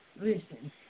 Listen